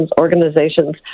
organizations